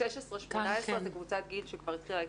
18-16 זו קבוצת גיל שכבר התחילה להתחסן.